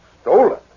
Stolen